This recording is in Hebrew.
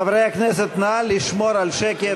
חברי הכנסת, נא לשמור על שקט.